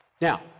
Now